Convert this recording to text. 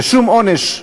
שום עונש,